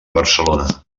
barcelona